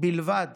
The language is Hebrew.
בלבד